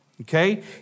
Okay